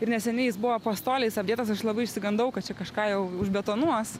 ir neseniai jis buvo pastoliais apdėtas aš labai išsigandau kad čia kažką jau užbetonuos